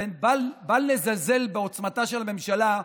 ובל נזלזל בעוצמתה של הממשלה,